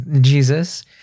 Jesus